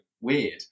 weird